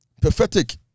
Pathetic